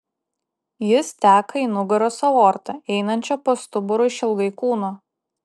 jis teka į nugaros aortą einančią po stuburu išilgai kūno